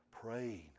Praying